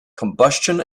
combustion